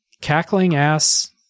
cackling-ass